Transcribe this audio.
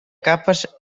capes